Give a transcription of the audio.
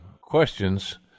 questions